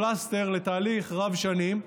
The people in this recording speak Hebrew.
הוא פלסטר לתהליך רב שנים,